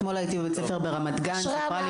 אתמול הייתי בבית ספר ברמת גן סיפרה לי